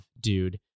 dude